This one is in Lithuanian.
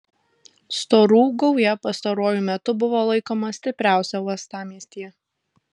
storų gauja pastaruoju metu buvo laikoma stipriausia uostamiestyje